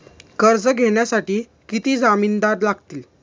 कर्ज घेण्यासाठी किती जामिनदार लागतील?